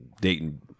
Dayton